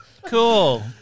cool